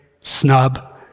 snub